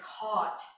caught